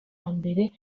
mbere